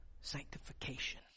Sanctification